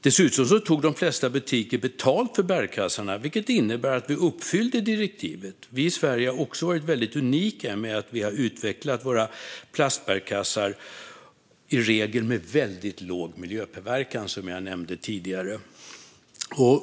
Dessutom tog de flesta butiker betalt för bärkassarna, vilket innebar att vi uppfyllde direktivet. Vi i Sverige har också varit unika i att utveckla våra plastbärkassar med i regel väldigt låg miljöpåverkan, vilket jag nämnde tidigare.